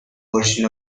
version